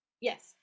yes